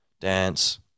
dance –